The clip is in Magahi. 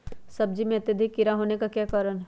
सब्जी में अत्यधिक कीड़ा होने का क्या कारण हैं?